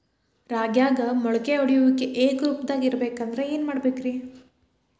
ರಾಗ್ಯಾಗ ಮೊಳಕೆ ಒಡೆಯುವಿಕೆ ಏಕರೂಪದಾಗ ಇರಬೇಕ ಅಂದ್ರ ಏನು ಮಾಡಬೇಕ್ರಿ?